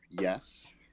Yes